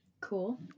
Cool